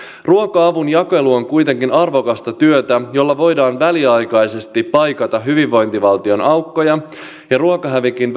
ruoka avun jakelu on kuitenkin arvokasta työtä jolla voidaan väliaikaisesti paikata hyvinvointivaltion aukkoja ja ruokahävikin